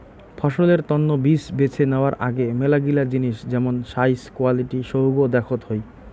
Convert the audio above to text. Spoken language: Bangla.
ফসলের তন্ন বীজ বেছে নেওয়ার আগে মেলাগিলা জিনিস যেমন সাইজ, কোয়ালিটি সৌগ দেখত হই